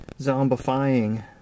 Zombifying